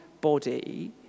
body